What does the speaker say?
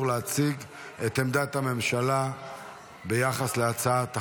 להציג את עמדת הממשלה ביחס להצעת החוק.